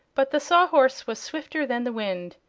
but the sawhorse was swifter than the wind.